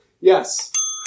Yes